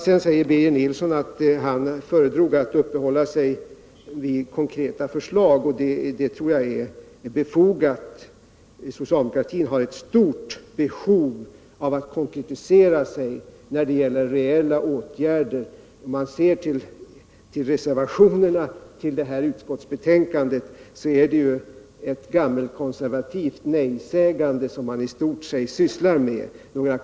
Sedan säger Birger Nilsson att han föredrar att uppehålla sig vid konkreta förslag, och det tror jag är befogat. Socialdemokratin har ett stort behov av att konkretisera sig när det gäller reella åtgärder. I reservationerna vid detta utskottsbetänkande sysslar man ju i stort med ett gammalkonservativt nejsägande.